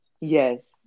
Yes